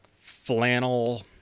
Flannel